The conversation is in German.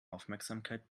aufmerksamkeit